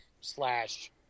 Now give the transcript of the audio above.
slash